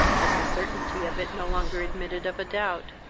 as the certainty of it no longer admitted of a doubt,